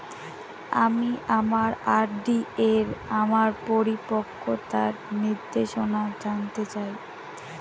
আমি আমার আর.ডি এর আমার পরিপক্কতার নির্দেশনা জানতে চাই